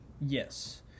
yes